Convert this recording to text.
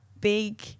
big